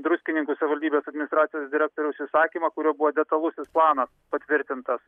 druskininkų savivaldybės administracijos direktoriaus įsakymą kuriuo buvo detalusis planas patvirtintas